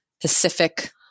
Pacific